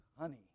honey